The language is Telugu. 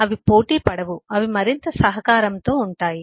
అవి పోటీ పడవు అవి మరింత సహకారంతో ఉంటాయి